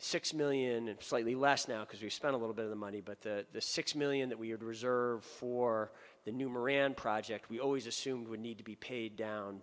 six million and slightly less now because we spent a little bit of the money but the six million that we had reserved for the new moran project we always assumed would need to be paid down